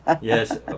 yes